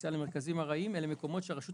כפוטנציאל למרכזים ארעיים אלה מקומות שהרשות